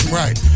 right